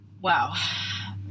wow